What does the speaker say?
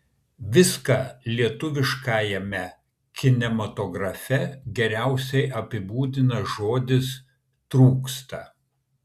viską lietuviškajame kinematografe geriausiai apibūdina žodis trūksta